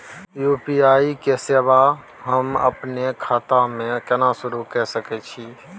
UPI के सेवा हम अपने खाता म केना सुरू के सके छियै?